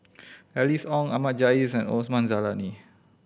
Alice Ong Ahmad Jais and Osman Zailani